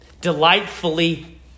Delightfully